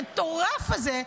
המטורף הזה,